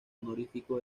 honorífico